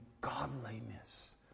godliness